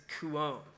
kuon